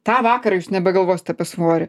tą vakarą jūs nebegalvosit apie svorį